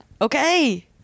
Okay